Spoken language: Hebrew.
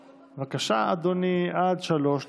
בבקשה, אדוני, עד שלוש דקות.